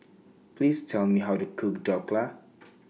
Please Tell Me How to Cook Dhokla